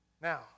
Now